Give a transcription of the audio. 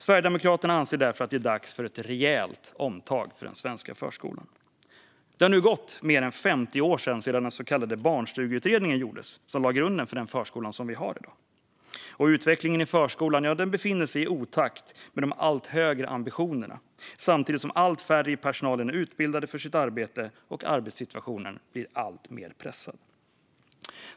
Sverigedemokraterna anser därför att det är dags för ett rejält omtag för den svenska förskolan. Det har nu gått mer än 50 år sedan den så kallade barnstugeutredningen gjordes, som var grunden till den förskola vi har i dag. Utvecklingen i förskolan befinner sig i otakt med de allt högre ambitionerna, samtidigt som allt färre i personalen är utbildade för sitt arbete och arbetssituationen blir alltmer pressad.